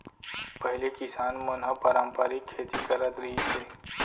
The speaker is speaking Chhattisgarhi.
पहिली किसान मन ह पारंपरिक खेती करत रिहिस हे